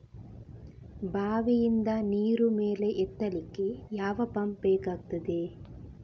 ಬಾವಿಯಿಂದ ನೀರು ಮೇಲೆ ಎತ್ತಲಿಕ್ಕೆ ಯಾವ ಪಂಪ್ ಬೇಕಗ್ತಾದೆ?